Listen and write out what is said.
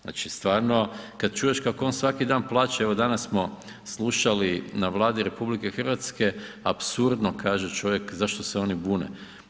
Znači stvarno kad čuješ kako on svaki dan plaće, evo danas smo slušali na Vladi RH apsurdno kaže čovjek zašto se oni bune.